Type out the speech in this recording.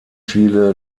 chile